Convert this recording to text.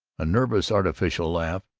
a nervous, artificial laugh.